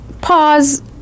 pause